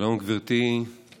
שלום, גברתי היושבת-ראש.